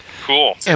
Cool